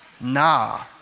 Nah